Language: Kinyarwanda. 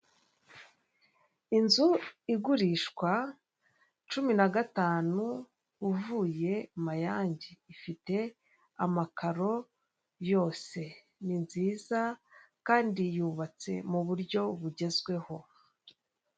Inzu igurishwa cumi na gatanu, uvuye Mayange ifite amakaro yose, ni nziza kandi yubatse muburyo bugezweho.